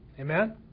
Amen